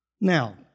Now